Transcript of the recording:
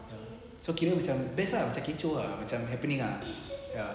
macam so kira macam best ah kecoh macam happening ah ya